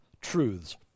truths